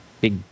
big